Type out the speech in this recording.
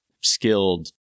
skilled